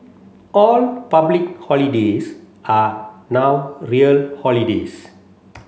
all public holidays are now real holidays